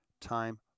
time